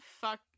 fuck